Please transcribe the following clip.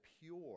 pure